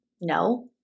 No